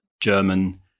German